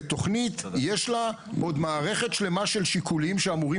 ותכנית יש לה עוד מערכת שלמה של שיקולים שאמורים